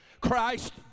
Christ